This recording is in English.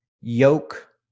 yoke